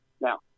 Now